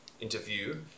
interview